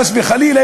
חס וחלילה,